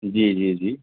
جی جی جی